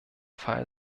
fall